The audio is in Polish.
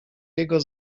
jego